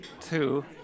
two